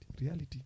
Reality